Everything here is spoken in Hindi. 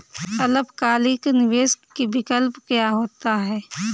अल्पकालिक निवेश विकल्प क्या होता है?